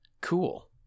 cool